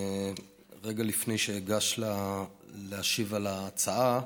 רגע לפני שאגש להשיב על ההצעה,